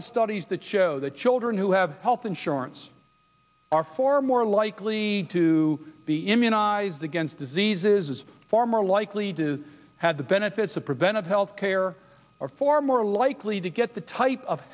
of studies that show that children who have health insurance are four more likely to be immunized against diseases is far more likely to have the benefits of preventive health care or for more likely to get the type of